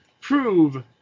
Prove